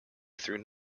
through